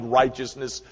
righteousness